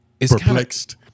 perplexed